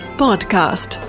podcast